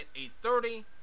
8:30